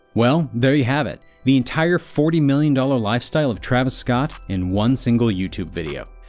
well there you have it, the entire forty million dollars lifestyle of travis scott in one single youtube video.